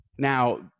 Now